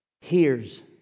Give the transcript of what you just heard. Hears